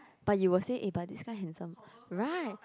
but you will say eh but this guy handsome right